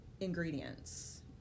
ingredients